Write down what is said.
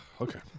Okay